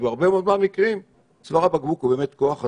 ובהרבה מאוד מהמקרים צוואר הבקבוק הוא באמת כוח אדם,